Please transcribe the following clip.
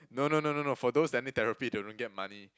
no no no no no for those that need therapy they don't get money